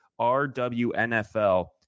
RWNFL